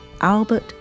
Albert